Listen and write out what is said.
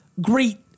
great